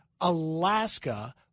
Alaska